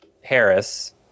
Harris